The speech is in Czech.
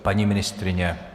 Paní ministryně?